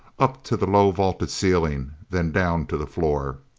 up to the low vaulted ceiling, then down to the floor.